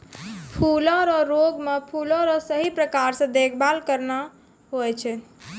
फूलो रो रोग मे फूलो रो सही प्रकार से देखभाल करना हुवै छै